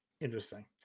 Interesting